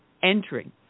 Entering